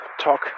talk